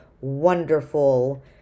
wonderful